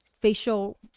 facial